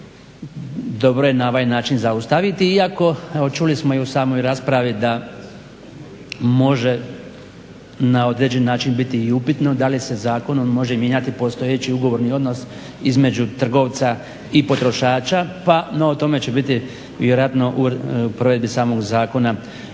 dobro je na ovaj način zaustaviti iako smo čuli u samoj raspravi da može na određeni način biti i upitno da li se zakonom može mijenjati postojeći ugovorni odnos između trgovca i potrošača, no o tome će biti vjerojatno u provedbi samog zakona više